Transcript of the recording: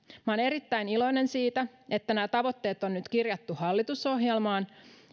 olen erittäin iloinen siitä että nämä tavoitteet on nyt kirjattu hallitusohjelmaan